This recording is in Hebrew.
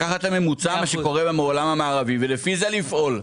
לקופת המדינה או לא ייכנס לקופת המדינה,